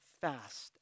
fast